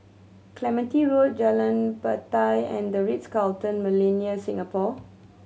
Clementi Road Jalan Batai and The Ritz Carlton Millenia Singapore